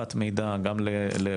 לחשיפת מידע לעולים,